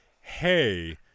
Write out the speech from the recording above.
hey